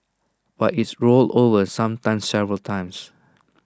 but it's rolled over sometimes several times